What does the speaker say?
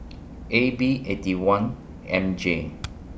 A B Eighty One M J